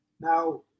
Now